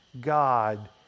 God